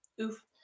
Oof